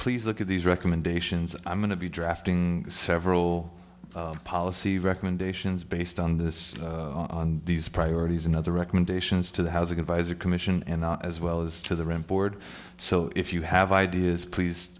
please look at these recommendations i'm going to be drafting several policy recommendations based on this on these priorities and other recommendations to the housing advisory commission and now as well as to the ram board so if you have ideas please